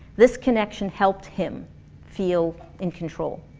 this connection helped him feel in control